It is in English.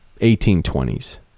1820s